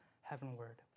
heavenward